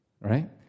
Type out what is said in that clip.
right